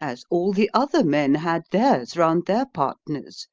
as all the other men had theirs round their partners